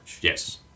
Yes